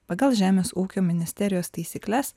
pagal žemės ūkio ministerijos taisykles